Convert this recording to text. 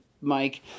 Mike